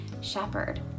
shepherd